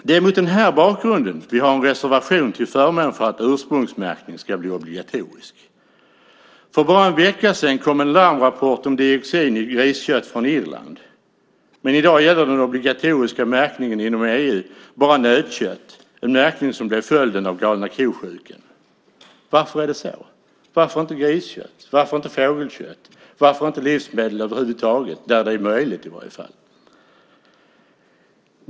Det är mot den här bakgrunden vi har en reservation till förmån för att ursprungsmärkningen ska bli obligatorisk. För bara en vecka sedan kom en larmrapport om dioxin i griskött från Irland. I dag gäller den obligatoriska märkningen inom EU bara nötkött, en märkning som blev följden av galna ko-sjukan. Varför är det så? Varför inte griskött? Varför inte fågelkött? Varför inte livsmedel över huvud taget när det är möjligt?